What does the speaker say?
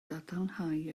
gadarnhau